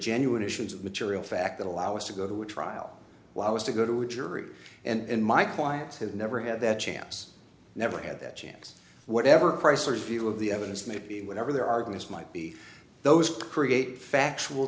genuine issues of material fact that allow us to go to trial while i was to go to a jury and my clients who never had that chance never had that chance whatever price or view of the evidence may be whatever their arguments might be those create factual